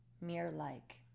mirror-like